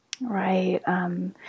Right